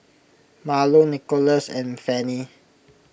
Marlo Nikolas and Fannie